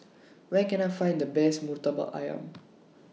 Where Can I Find The Best Murtabak Ayam